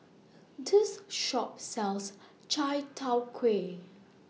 This Shop sells Chai Tow Kway